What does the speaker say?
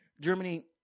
Germany